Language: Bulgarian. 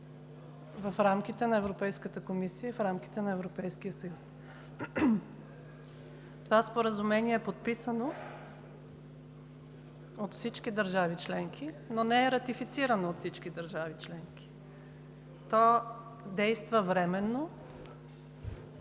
в рамките на Европейската комисия и в рамките на Европейския съюз. Това споразумение е подписано от всички държави членки, но не е ратифицирано от всички държави членки. То действа временно,